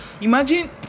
imagine